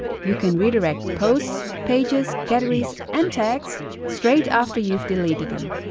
you can redirect posts, pages, categories and tags straight after you've deleted them,